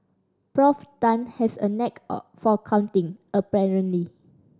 Prof Tan has a knack for counting apparently